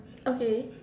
okay